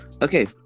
Okay